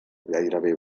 gairebé